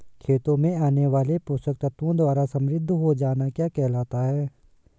खेतों से आने वाले पोषक तत्वों द्वारा समृद्धि हो जाना क्या कहलाता है?